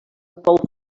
pou